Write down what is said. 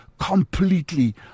completely